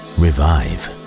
revive